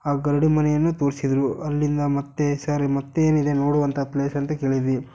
ಆ ಗರಡಿ ಮನೆಯನ್ನು ತೋರಿಸಿದ್ರು ಅಲ್ಲಿಂದ ಮತ್ತೆ ಸರ್ ಮತ್ತೇನಿದೆ ನೋಡುವಂಥ ಪ್ಲೇಸ್ ಅಂತ ಕೇಳಿದ್ವಿ